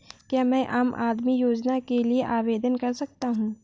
क्या मैं आम आदमी योजना के लिए आवेदन कर सकता हूँ?